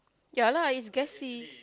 ya lah it's gassy